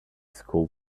school